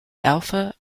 alpha